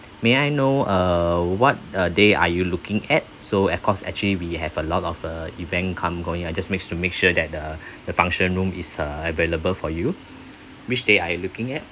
may I know uh what uh day are you looking at so at cause actually we have a lot of uh event come going I just make to make sure that the the function room is uh available for you which day are you looking at